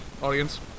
audience